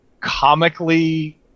comically